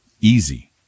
easy